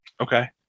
Okay